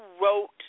wrote